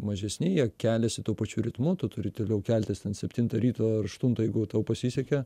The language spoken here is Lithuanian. mažesni jie keliasi tuo pačiu ritmu tu turi toliau keltis septintą ryto ar aštuntą jeigu tau pasisekė